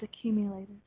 accumulated